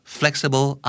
flexible